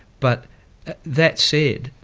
but that said,